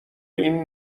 این